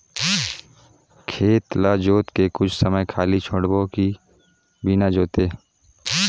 खेत ल जोत के कुछ समय खाली छोड़बो कि बिना जोते?